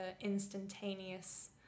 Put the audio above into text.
instantaneous